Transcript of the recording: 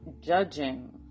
judging